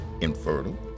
infertile